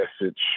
message